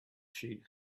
she